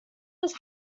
des